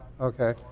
okay